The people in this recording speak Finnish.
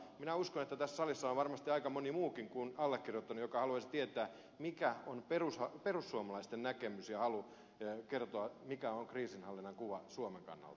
minä uskon että tässä salissa on varmasti aika moni muukin kuin allekirjoittanut joka haluaisi tietää mikä on perussuomalaisten näkemys ja halu kertoa mikä on kriisinhallinnan kuva suomen kannalta